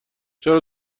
چرا